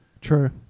True